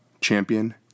champion